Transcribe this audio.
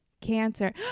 cancer